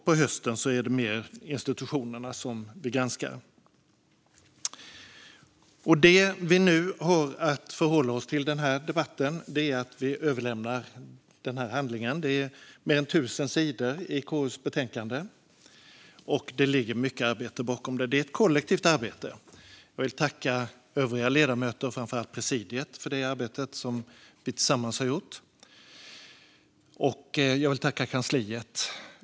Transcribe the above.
På hösten är det mer institutionerna som vi granskar. Det vi har att förhålla oss till i denna debatt är det betänkande jag nu håller upp. Det är mer än 1 000 sidor i KU:s betänkande, och det ligger mycket arbete bakom det. Det är ett kollektivt arbete. Jag vill tacka övriga ledamöter och framför allt presidiet för det arbete som vi tillsammans har gjort. Jag vill också tacka kansliet.